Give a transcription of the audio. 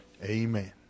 Amen